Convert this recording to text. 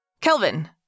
Kelvin